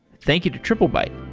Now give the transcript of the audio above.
thank you to triplebyte